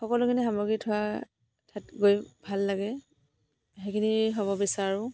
সকলোখিনি সামগ্ৰী থোৱা ঠাইত গৈ ভাল লাগে সেইখিনি হ'ব বিচাৰোঁ